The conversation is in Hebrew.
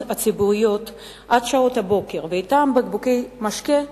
ציבוריות עד שעות הבוקר ואתן בקבוקי משקה,